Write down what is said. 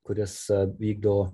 kuris vykdo